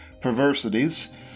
perversities